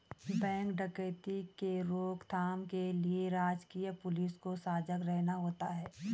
bank डकैती के रोक थाम के लिए राजकीय पुलिस को सजग रहना होता है